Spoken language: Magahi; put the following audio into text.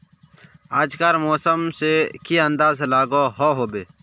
आज कार मौसम से की अंदाज लागोहो होबे?